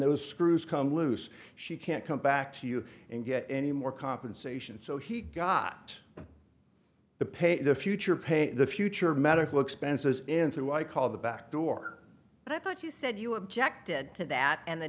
those screws come loose she can't come back to you and get any more compensation so he got the pay the future pay the future medical expenses in through i call the back door and i thought you said you objected to that and the